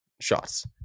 shots